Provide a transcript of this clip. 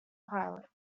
pilot